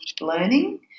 learning